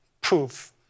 proof